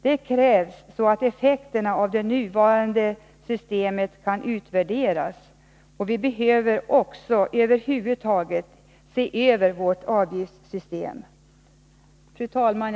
Det krävs för att effekterna av det nuvarande systemet skall kunna utvärderas, och vi behöver också över huvud taget se över vårt avgiftssystem. Fru talman!